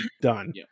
Done